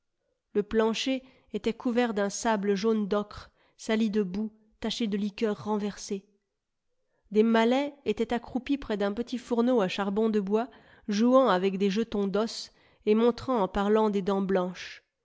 le plancher était couvert d'un sable jaune d'ocre sali de boue taché de liqueur renversée des malais étaient accroupis près d'un petit fourneau à charbon de bois jouant avec des jetons d'os et montrant en parlant des dents blanches